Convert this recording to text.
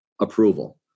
approval